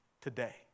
today